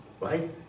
right